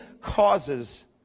causes